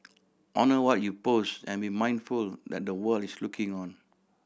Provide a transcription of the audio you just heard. honour what you post and be mindful that the world is looking on